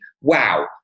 wow